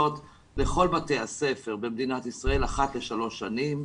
לכל בתי הספר במדינת ישראל אחת לשלוש שנים.